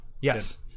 Yes